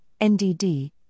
NDD